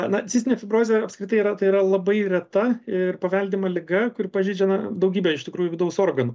na cistinė fibrozė apskritai yra tai yra labai reta ir paveldima liga kuri pažeidžia na daugybę iš tikrųjų vidaus organų